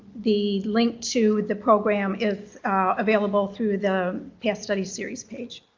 the link to the program is available through the path study series page.